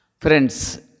Friends